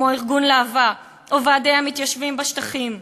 כמו ארגון להב"ה או ועדי המתיישבים בשטחים,